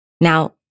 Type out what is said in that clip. Now